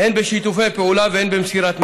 הן בשיתופי פעולה והן במסירת מידע.